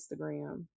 Instagram